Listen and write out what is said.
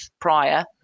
prior